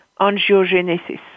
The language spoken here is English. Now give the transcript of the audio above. angiogenesis